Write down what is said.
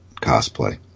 cosplay